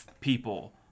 people